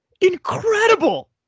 Incredible